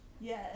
yes